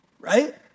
Right